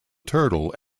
turtle